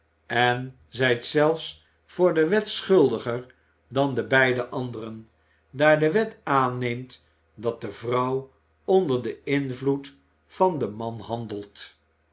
en zijt zelfs voor de wet schuldiger dan de beide anderen daar de wet aanneemt dat de vrouw onder den invloed van den man handelt